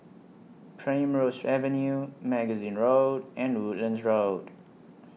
Primrose Avenue Magazine Road and Woodlands Road